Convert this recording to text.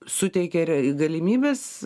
suteikia r galimybes